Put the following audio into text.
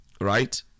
Right